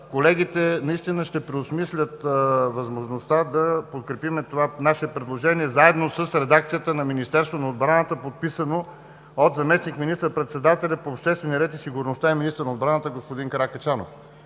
колегите наистина ще преосмислят възможността да подкрепим това наше предложение, заедно с редакцията на Министерството на отбраната, подписано от заместник министър-председателя по обществения ред и сигурността и министър на отбраната господин Каракачанов.